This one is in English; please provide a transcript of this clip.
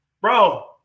bro